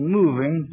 moving